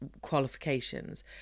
qualifications